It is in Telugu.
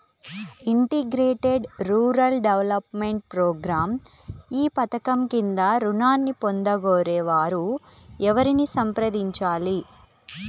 ఇంటిగ్రేటెడ్ రూరల్ డెవలప్మెంట్ ప్రోగ్రాం ఈ పధకం క్రింద ఋణాన్ని పొందగోరే వారు ఎవరిని సంప్రదించాలి?